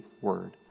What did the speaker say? word